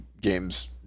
games